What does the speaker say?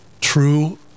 true